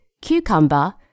cucumber